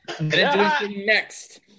Next